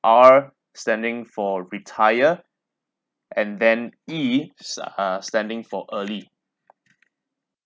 R standing for retire and then E s~ uh standing for early